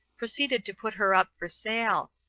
proceeded to put her up for sale,